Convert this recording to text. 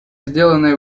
сделанные